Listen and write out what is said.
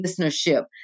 listenership